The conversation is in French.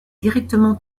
directement